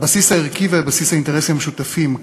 הבסיס הערכי ובסיס האינטרסים המשותפים.